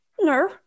No